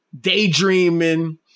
daydreaming